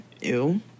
ew